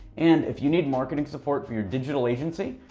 and if you need marketing support for your digital agency,